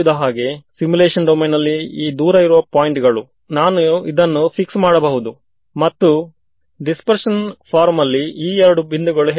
ಆದ್ದರಿಂದ ಇದರಲ್ಲಿ ಕೊನೆಯಾಗಿ ಈ ಚರ್ಚೆ ಮುಗಿಯುವ ಮೊದಲುಈ ಎಕ್ಸ್ಪ್ರೆಷನ್ ನಲ್ಲಿ ನಮಗೆ ಎಲ್ಲವೂ ತಿಳಿದಿದೆಯೇ